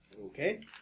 Okay